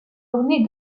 ornée